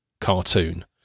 cartoon